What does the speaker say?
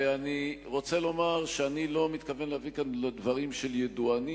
ואני רוצה לומר שאני לא מתכוון להביא כאן דברים של ידוענים,